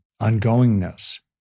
ongoingness